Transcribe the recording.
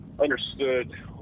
understood